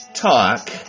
talk